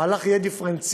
המהלך יהיה דיפרנציאלי,